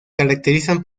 caracterizan